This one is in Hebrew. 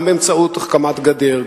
גם באמצעות הקמת גדר,